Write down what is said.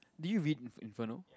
did you read in~ Inferno